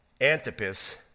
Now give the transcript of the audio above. Antipas